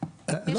יש לנו בעיה.